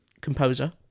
composer